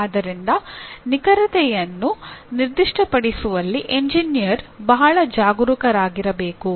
ಆದ್ದರಿಂದ ನಿಖರತೆಯನ್ನು ನಿರ್ದಿಷ್ಟಪಡಿಸುವಲ್ಲಿ ಎಂಜಿನಿಯರ್ ಬಹಳ ಜಾಗರೂಕರಾಗಿರಬೇಕು